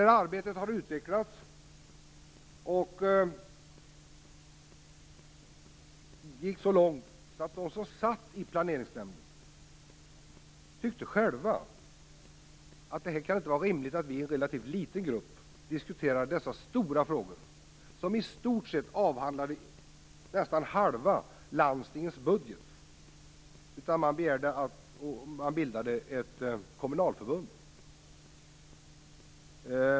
Detta arbete har utvecklats. Det gick så långt att de som satt i planeringsnämnden själva tyckte: Det kan inte vara rimligt att vi i en relativt liten grupp diskuterar dessa stora frågor som i stort sett rör halva landstingets budget. Man bildade då ett kommunalförbund.